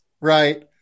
right